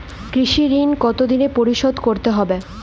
কৃষি ঋণ কতোদিনে পরিশোধ করতে হবে?